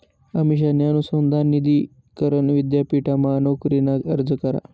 अमिषाने अनुसंधान निधी करण विद्यापीठमा नोकरीना अर्ज करा